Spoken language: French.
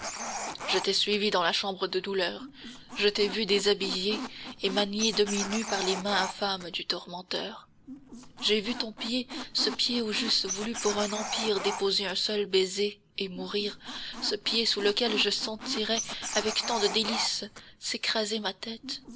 je t'ai suivie dans la chambre de douleur je t'ai vu déshabiller et manier demi-nue par les mains infâmes du tourmenteur j'ai vu ton pied ce pied où j'eusse voulu pour un empire déposer un seul baiser et mourir ce pied sous lequel je sentirais avec tant de délices s'écraser ma tête